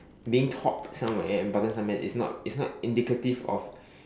being top somewhere but doesn't mean is not is not indicative of